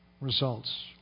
results